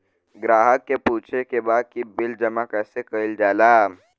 ग्राहक के पूछे के बा की बिल जमा कैसे कईल जाला?